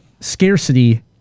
scarcity